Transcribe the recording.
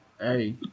Hey